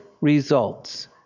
results